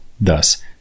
Thus